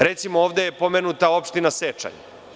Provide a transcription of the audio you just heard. Recimo, ovde je pomenuta opština Sečanj.